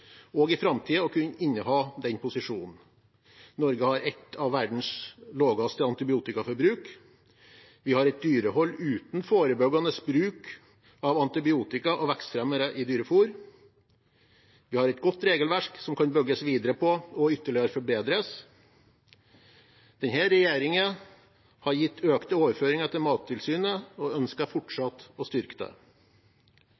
i framtiden, å kunne inneha den posisjonen. Norge har et av verdens laveste antibiotikaforbruk. Vi har et dyrehold uten forebyggende bruk av antibiotika og vekstfremmere i dyrefôr. Vi har et godt regelverk som kan bygges videre på og ytterligere forbedres. Denne regjeringen har gitt økte overføringer til Mattilsynet og ønsker